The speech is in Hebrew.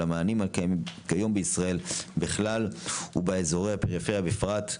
המענים הקיימים כיום בישראל בכלל ובאזורי הפריפריה בפרט,